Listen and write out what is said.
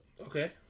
Okay